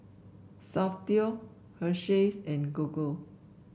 Soundteoh Hersheys and Gogo